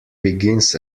begins